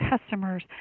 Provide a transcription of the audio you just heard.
customers